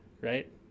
right